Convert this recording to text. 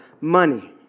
money